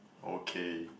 okay